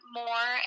more